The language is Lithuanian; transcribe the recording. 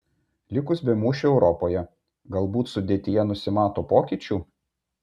likus be mūšių europoje galbūt sudėtyje nusimato pokyčių